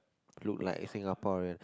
look like Singaporean